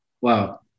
Wow